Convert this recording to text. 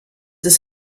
ist